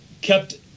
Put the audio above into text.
kept